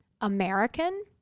American